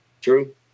True